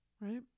right